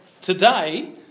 today